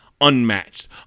unmatched